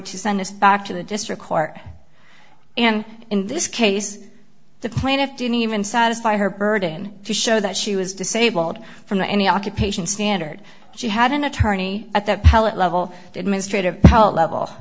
to send us back to the district court and in this case the plaintiff didn't even satisfy her burden to show that she was disabled from the any occupation standard she had an attorney at that pellet level administrative